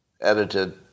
edited